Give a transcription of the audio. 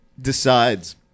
decides